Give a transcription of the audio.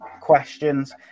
questions